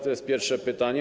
To jest pierwsze pytanie.